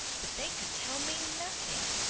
but they could tell me nothing.